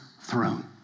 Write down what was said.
throne